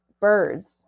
birds